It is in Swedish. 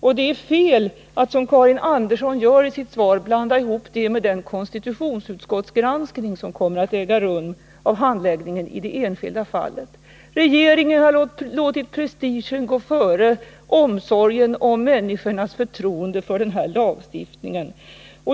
Och det är fel, som Karin Andersson gör i sitt svar, att blanda ihop detta med konstitutionsutskottets granskning av handläggningen i det enskilda fallet som kommer att äga rum. Regeringen har låtit prestigen gå före omsorgen om människornas förtroende för den här lagstiftningen.